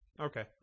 Okay